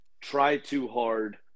try-too-hard